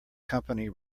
company